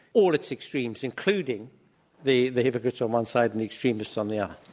all its extremes, including the the hypocrites on one side and the extremists on the um